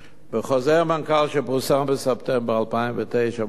בחוזר מנכ"ל שפורסם בספטמבר 2009 בנושא